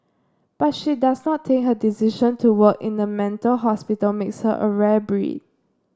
but she does not think her decision to work in the mental hospital makes her a rare breed